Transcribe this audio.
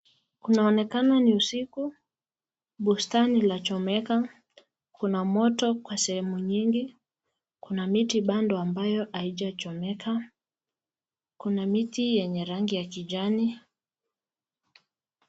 Kunaonekana ni usiku, bustani lachomeka. Kuna moto kwa sehemu nyingi ,Kuna miti bado ambayo haijachomeka. Kuna miti yenye rangi ya kijani.